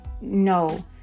no